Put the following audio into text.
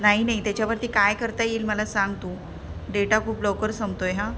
नाही नाही त्याच्यावरती काय करता येईल मला सांग तू डेटा खूप लवकर संपतो आहे हा